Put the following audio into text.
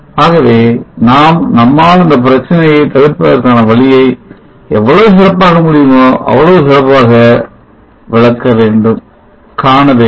ஆகவே நாம் நம்மால் இந்த பிரச்சனையை தவிர்ப்பதற்கான வழிகளை எவ்வளவு சிறப்பாக முடியுமோ அவ்வளவு சிறப்பாக காண வேண்டும்